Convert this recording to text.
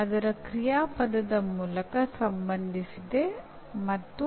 ಆದ್ದರಿಂದ ಶಿಕ್ಷಕರು ಉಪಯೋಗಿಸಬಹುದಾದ ವಿವಿಧ ರೀತಿಯ ಮಧ್ಯಸ್ಥಿಕೆಗಳಿವೆ